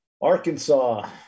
Arkansas